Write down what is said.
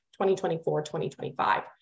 2024-2025